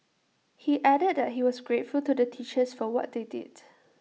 he added that he was grateful to the teachers for what they did